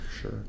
Sure